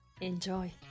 Enjoy